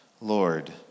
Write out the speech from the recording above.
Lord